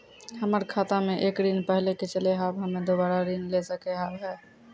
हमर खाता मे एक ऋण पहले के चले हाव हम्मे दोबारा ऋण ले सके हाव हे?